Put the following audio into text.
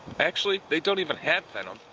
actually, they don't even have venom,